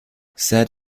set